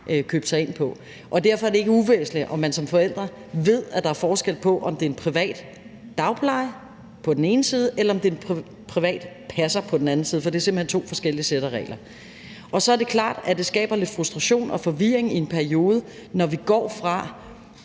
købt sig ind på. Derfor er det ikke uvæsentligt, at man som forældre ved, at der er forskel på, om det er en privat dagpleje på den ene side, eller om det er en privat passer på den anden side, for det er simpelt hen to forskellige sæt af regler. Så det er klart, at det skaber lidt frustration og forvirring i en periode, når vi går fra,